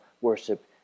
worship